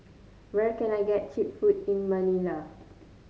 where can I get cheap food in Manila